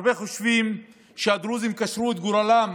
הרבה חושבים שהדרוזים קשרו את גורלם